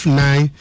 nine